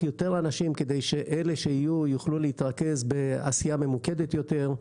יותר אנשים כדי שאלה שיהיו יוכלו להתרכז בעשייה ממוקדת יותר.